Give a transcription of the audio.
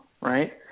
right